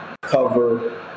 cover